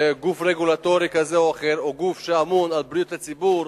שגוף רגולטורי כזה או אחר או גוף שאמון על בריאות הציבור